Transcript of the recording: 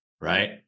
right